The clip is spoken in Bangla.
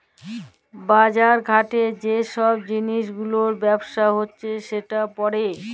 বাজার ঘাটে যে ছব জিলিস গুলার ব্যবসা হছে সেট পড়ে